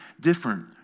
different